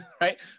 right